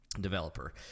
developer